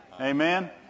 Amen